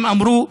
הם אמרו: